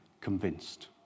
convinced